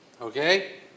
okay